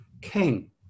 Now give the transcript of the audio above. king